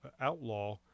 outlaw